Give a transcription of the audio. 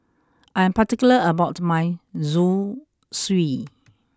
I am particular about my Zosui